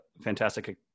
fantastic